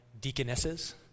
deaconesses